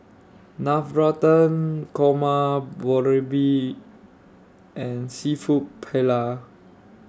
Navratan Korma Boribap and Seafood Paella